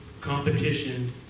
competition